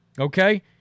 okay